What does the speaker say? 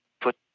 put